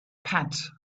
pat